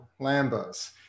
Lambos